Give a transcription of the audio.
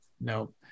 Nope